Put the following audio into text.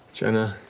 jenna.